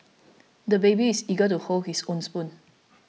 the baby is eager to hold his own spoon